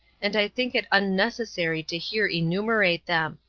and i think it unnecessary to here enumerate them,